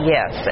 Yes